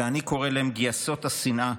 שאני קורא להם גייסות השנאה,